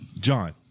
John